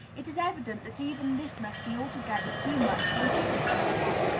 it is evident that even this must be altogether too much for an immature one.